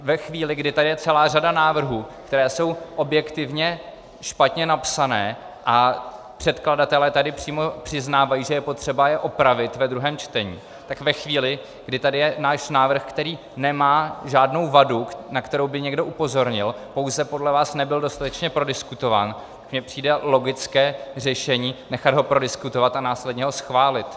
Ve chvíli, kdy tady je celá řada návrhů, které jsou objektivně špatně napsané a předkladatelé tady přímo přiznávají, že je potřeba je opravit ve druhém čtení, tak ve chvíli, kdy tady je náš návrh, který nemá žádnou vadu, na kterou by někdo upozornil, pouze podle vás nebyl dostatečně prodiskutován, mi přijde logické řešení nechat ho prodiskutovat a následně ho schválit.